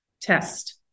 test